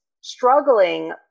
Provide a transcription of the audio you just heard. struggling